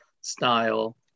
style